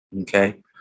Okay